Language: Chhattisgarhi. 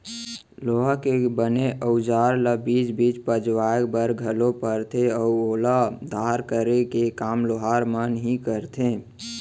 लोहा के बने अउजार ल बीच बीच पजवाय बर घलोक परथे अउ ओला धार करे के काम लोहार मन ही करथे